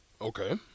Okay